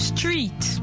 Street